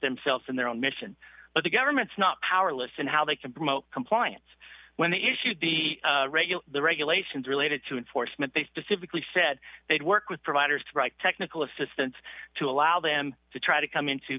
themselves in their own mission but the government's not powerless and how they can promote compliance when they issued the regular the regulations related to enforcement they specifically said they'd work with providers technical assistance to allow them to try to come into